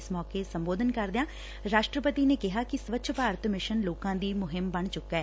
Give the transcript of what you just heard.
ਇਸ ਮੌਕੇ ਸੰਬੋਧਨ ਕਰਦਿਆ ਰਾਸ਼ਟਰਪਤੀ ਨੇ ਕਿਹਾ ਕਿ ਸਵੱਛ ਭਾਰਤ ਮਿਸ਼ਨ ਲੋਕਾਂ ਦੀ ਮੁਹਿੰਮ ਬਣ ਚੁੱਕਾ ਐ